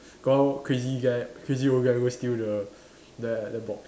got one crazy guy crazy old guy go steal the that the box